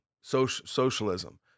socialism